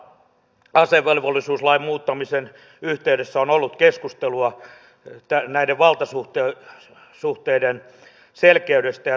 tänäänkin perustuslakivaliokunnassa asevelvollisuuslain muuttamisen yhteydessä on ollut keskustelua näiden valtasuhteiden selkeydestä